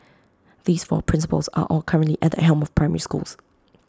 these four principals are all currently at the helm of primary schools